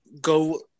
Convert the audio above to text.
go